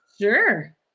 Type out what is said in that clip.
Sure